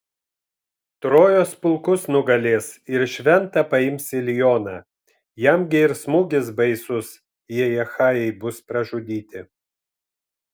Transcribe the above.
trojos pulkus nugalės ir šventą paims ilioną jam gi ir smūgis baisus jei achajai bus pražudyti